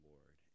Lord